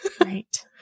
Right